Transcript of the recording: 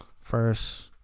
First